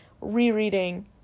rereading